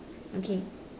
okay